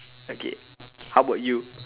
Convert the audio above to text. okay how about you